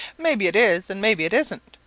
maybe it is, and maybe it isn't,